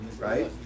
right